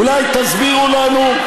אולי תסבירו לנו.